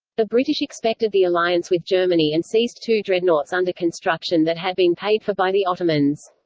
the british expected the alliance with germany and seized two dreadnoughts under construction that had been paid for by the ottomans.